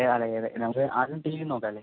അതെ അതെ അതെ നമുക്ക് അതും ടിവിയും നോക്കാമല്ലേ